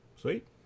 Sweet